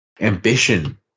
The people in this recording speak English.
ambition